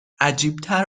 عجیبتر